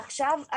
עכשיו,